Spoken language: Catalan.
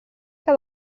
que